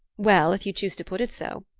well, if you choose to put it so.